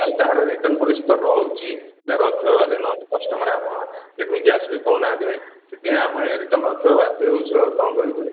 ତାହାଲେ ତାହାର return policy ତ ରହୁଛି ନହେଲେ କଷ୍ଟମର ଆମର କେମିତି ଆସିବେ କହୁନାହାଁନ୍ତି ସେଥିପାଇଁ ରିଟର୍ଣ୍ଣ ରଖିବା ବାଧ୍ୟ ହେଉଛୁ ଆଉ କ'ଣ କରିବୁ